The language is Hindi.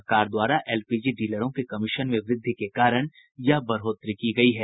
सरकार द्वारा एलपीजी डीलरों के कमीशन में वूद्धि के कारण यह बढ़ोतरी की गयी है